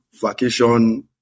vacation